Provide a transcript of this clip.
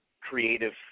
creative